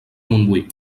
montbui